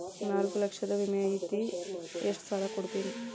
ನಾಲ್ಕು ಲಕ್ಷದ ವಿಮೆ ಐತ್ರಿ ಎಷ್ಟ ಸಾಲ ಕೊಡ್ತೇರಿ?